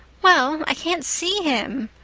well, i can't see him,